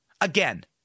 Again